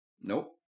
Nope